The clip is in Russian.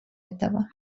этого